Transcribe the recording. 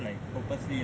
or is it like